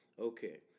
okay